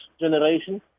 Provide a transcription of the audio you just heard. generation